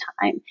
time